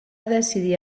decidir